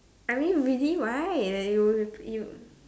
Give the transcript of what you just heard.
I mean really right that it will with him